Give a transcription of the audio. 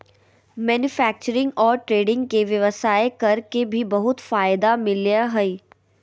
manufacturing और trading के व्यवसाय कर के भी बहुत फायदा मिलय हइ